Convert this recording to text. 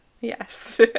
Yes